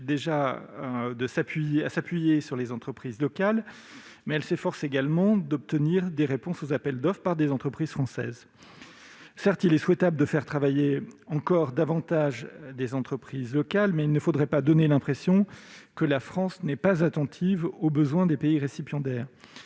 déjà de s'appuyer sur les entreprises locales, mais elle tâche aussi d'obtenir des réponses aux appels d'offres par des entreprises françaises. Certes, il est souhaitable de faire travailler encore davantage les entreprises locales, mais il ne faudrait pas donner l'impression que la France n'est pas attentive aux besoins des pays récipiendaires